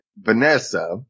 Vanessa